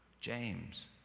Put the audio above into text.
James